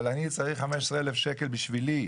אבל אני צריך 15,000 שקל בשבילי.